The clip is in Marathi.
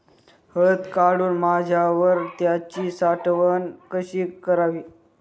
हळद काढून झाल्यावर त्याची साठवण कशी करावी?